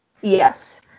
Yes